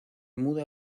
muda